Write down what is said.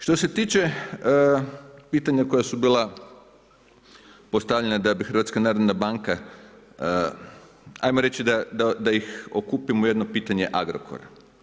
Što se tiče pitanja koja su bila postavljena da bi HNB, ajmo reći da ih okupim u jedno pitanje Agrokora.